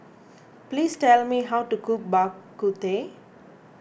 please tell me how to cook Bak Kut Teh